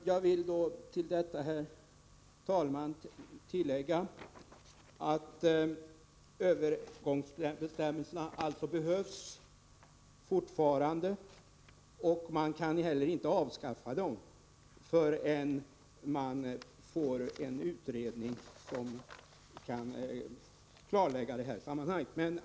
Herr talman! Övergångsbestämmelserna behövs alltså fortfarande, och man kan inte heller avskaffa dem förrän man får en utredning som kan klarlägga sammanhangen.